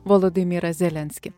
volodimirą zelenskį